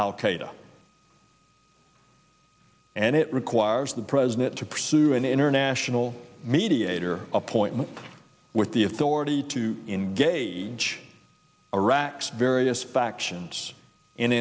qaeda and it requires the president to pursue an international mediator appointment with the authority to engage iraq's various factions in